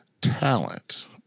talent